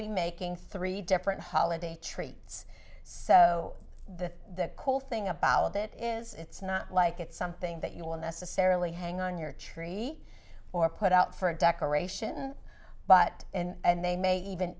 be making three different holiday treats so the cool thing about it is it's not like it's something that you will necessarily hang on your tree or put out for a decoration but and they may even